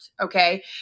okay